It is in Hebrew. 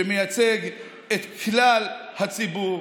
שמייצג את כלל הציבור,